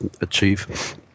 achieve